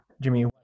Jimmy